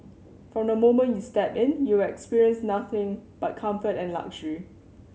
from the moment you step in you will experience nothing but comfort and luxury